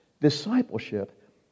Discipleship